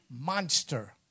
monster